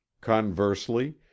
conversely